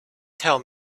tell